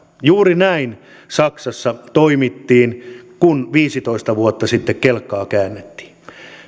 juuri näin saksassa toimittiin kun viisitoista vuotta sitten kelkkaa käännettiin